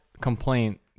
complaint